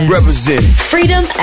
Freedom